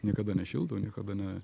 niekada nešildau niekada ne